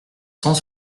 cent